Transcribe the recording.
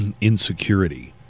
insecurity